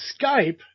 Skype